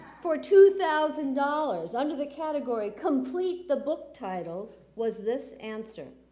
for two thousand dollars under the category complete the book titles was this answer,